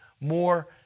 more